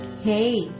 Hey